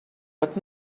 but